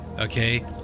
okay